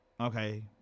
okay